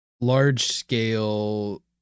large-scale